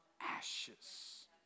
ashes